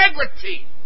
integrity